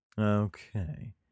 Okay